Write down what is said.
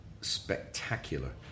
spectacular